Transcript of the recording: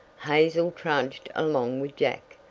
hazel trudged along with jack,